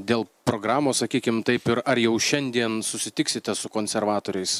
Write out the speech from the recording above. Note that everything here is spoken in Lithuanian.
dėl programos sakykim taip ir ar jau šiandien susitiksite su konservatoriais